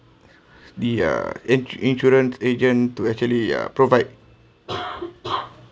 the uh ins~ insurance agent to actually uh provide